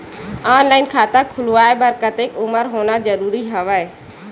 Online खाता खुलवाय बर कतेक उमर होना जरूरी हवय?